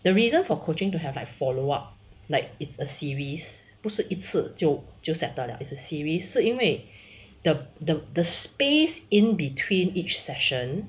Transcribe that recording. the reason for coaching to have like follow up like it's a series 不是一次就就 settle 了 is a series 是因为 the the space in between each session